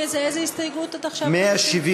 סעיף